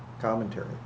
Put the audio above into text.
commentary